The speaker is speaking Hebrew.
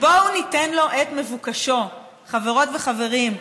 בואו ניתן לו את מבוקשו, חברות וחברים.